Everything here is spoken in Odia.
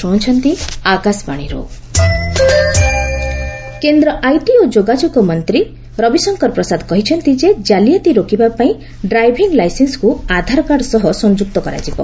ଆଧାର ଡିଏଲ୍ କେନ୍ଦ୍ର ଆଇଟି ଓ ଯୋଗାଯୋଗ ମନ୍ତ୍ରୀ ରବିଶଙ୍କର ପ୍ରସାଦ କହିଛନ୍ତି ଯେ ଜାଲିଆତି ରୋକିବା ପାଇଁ ଡ୍ରାଇଭିଂ ଲାଇସେନ୍ୱକୁ ଆଧାରକାର୍ଡ ସହ ସଂଯୁକ୍ତ କରାଯିବ